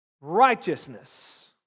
righteousness